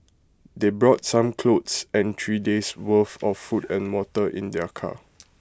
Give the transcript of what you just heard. they brought some clothes and three days' worth of food and water in their car